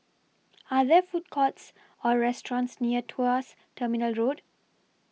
Are There Food Courts Or restaurants near Tuas Terminal Road